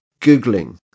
googling